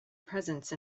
presence